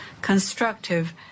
constructive